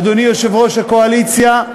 אדוני יושב-ראש הקואליציה,